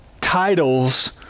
titles